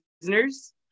prisoners